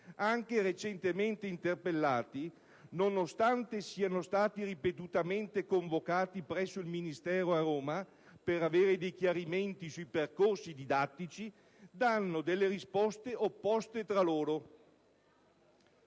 anche recentemente interpellati, nonostante siano stati ripetutamente convocati presso il Ministero a Roma per ottenere dei chiarimenti sui percorsi didattici, danno delle risposte opposte tra loro.